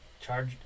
charge